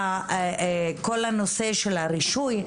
לגבי כל הנושא של הרישוי,